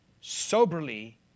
soberly